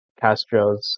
Castro's